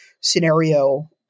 scenario